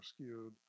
skewed